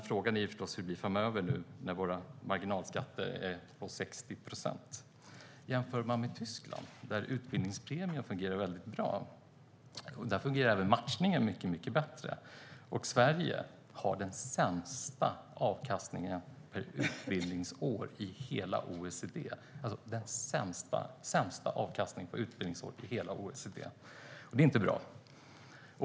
Frågan är förstås hur det blir framöver när våra marginalskatter blir 60 procent. Vi kan jämföra med Tyskland, där utbildningspremier fungerar väldigt bra. Där fungerar även matchningen mycket bättre. Sverige har den sämsta avkastningen per utbildningsår i hela OECD, och det är inte bra.